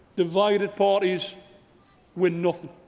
divided parties win nothing.